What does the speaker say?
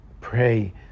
pray